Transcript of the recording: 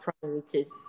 priorities